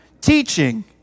teaching